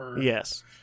Yes